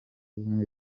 ubumwe